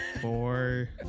Four